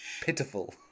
Pitiful